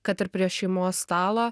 kad ir prie šeimos stalo